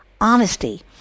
honesty